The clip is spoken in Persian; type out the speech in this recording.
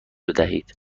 بدهید